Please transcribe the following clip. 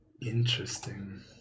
interesting